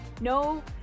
no